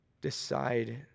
decide